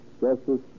justice